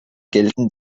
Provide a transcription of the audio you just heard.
gelten